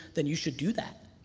then you should do that.